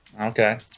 Okay